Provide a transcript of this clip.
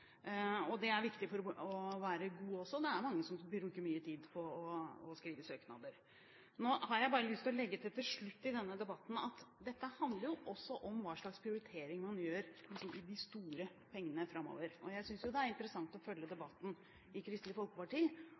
Det er viktig for å være god. Det er mange som bruker mye tid på å skrive søknader. Så har jeg bare lyst til å legge til til slutt i denne debatten at dette også handler om hva slags prioriteringer man gjør i forbindelse med de store pengene framover. Jeg synes jo det er interessant å følge debatten i Kristelig Folkeparti